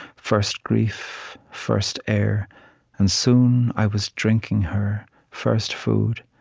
first grief, first air and soon i was drinking her, first food,